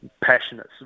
passionate